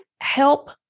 help